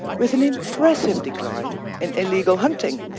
with an impressive decline in illegal hunting.